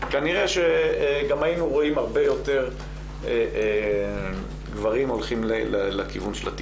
כנראה שגם היינו רואים הרבה יותר גברים הולכים לכיוון של הטיפול.